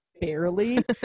barely